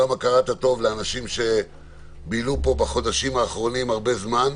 הכרת הטוב לאנשים שבילו פה בחודשים האחרונים הרבה זמן.